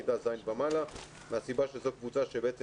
מכיתה ז' ומעלה מהסיבה שזו קבוצה שבעצם